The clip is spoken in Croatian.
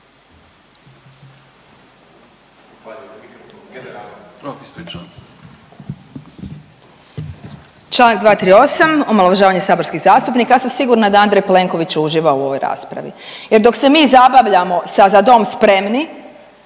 Čl. 238., omalovažavanje saborskih zastupnika, ja sam sigurna da Andrej Plenković uživa u ovoj raspravi jer dok se mi zabavljamo sa „Za dom spremni!“